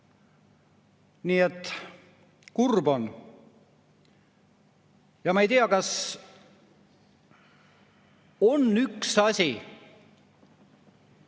Nii et kurb on. Ma ei tea, kas on kas